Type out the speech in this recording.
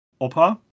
opa